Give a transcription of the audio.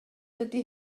dydy